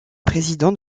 président